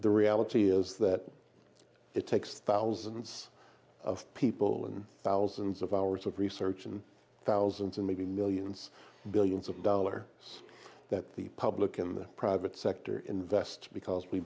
the reality is that it takes thousands of people and thousands of hours of research and thousands and maybe millions billions of dollars or so that the public in the private sector invest because we